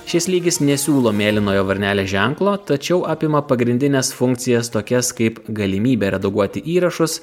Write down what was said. šis lygis nesiūlo mėlynojo varnelės ženklo tačiau apima pagrindines funkcijas tokias kaip galimybė redaguoti įrašus